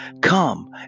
come